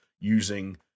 using